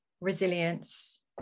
resilience